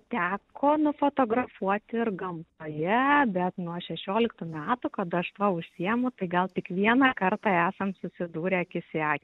teko nufotografuoti ir gamtoje bet nuo šešioliktų metų kada aš tuo užsiemu tai gal tik vieną kartą esam susidūrę akis į akį